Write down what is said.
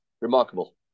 remarkable